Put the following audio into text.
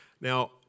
Now